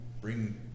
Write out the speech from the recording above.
bring